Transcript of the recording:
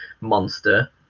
monster